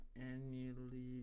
annually